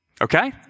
Okay